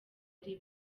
ari